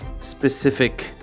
specific